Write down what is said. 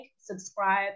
subscribe